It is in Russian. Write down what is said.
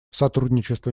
сотрудничество